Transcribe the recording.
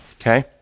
Okay